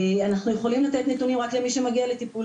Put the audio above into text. אנחנו יכולים לתת נתונים רק על מי שמגיע לטיפול,